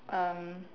um